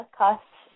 costs